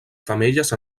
femelles